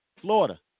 Florida